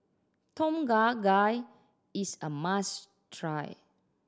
Tom Kha Gai is a must try